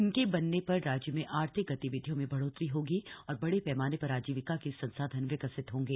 इनके बनने पर राज्य में आर्थिक गतिविधियों में बढ़ोतरी होगी और बड़े पैमाने पर आजीविका के संसाधन विकसित होंगे